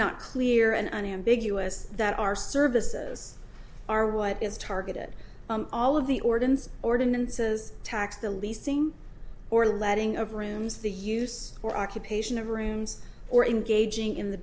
not clear and unambiguous that our services are what is targeted all of the ordinance ordinances tax the leasing or letting of rooms the use or occupation of rooms or engaging in the